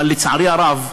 אבל, לצערי הרב,